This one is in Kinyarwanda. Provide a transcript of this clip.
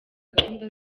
gahunda